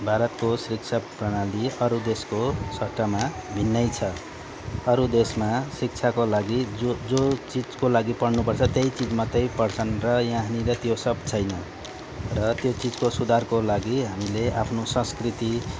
भारतको शिक्षा प्रणाली अरू देशको सट्टामा भिन्नै छ अरू देशमा शिक्षाको लागि जो जो चिजको लागि पढ्नुपर्छ त्यही चिज मात्रै पढ्छन् र यहाँनिर त्यो सब छैन र त्यो चिजको सुधारको लागि हामीले आफ्नो संस्कृति